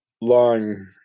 long